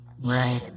Right